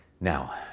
Now